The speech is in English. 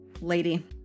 Lady